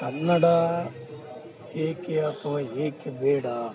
ಕನ್ನಡ ಏಕೆ ಅಥ್ವಾ ಏಕೆ ಬೇಡ